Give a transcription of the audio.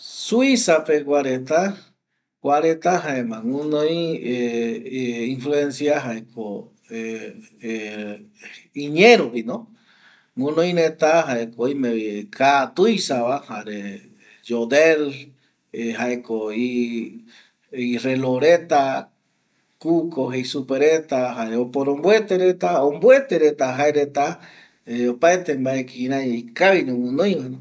Suiza pegua reta kuareta jaema guɨnoi influencia jaeko iñe rupino guɨnoi reta jaeko oimevi jae kaa tuisava jare yodel jaeko irelo reta, kuko jei supe retava jare oporomboete reta omboete reta jaereta opaete mbae kirai ikavi ñogɨnoiva